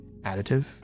additive